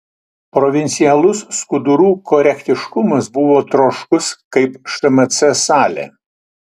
provincialus skudurų korektiškumas buvo troškus kaip šmc salė